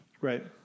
Right